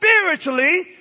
spiritually